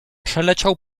przeleciał